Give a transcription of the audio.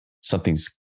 something's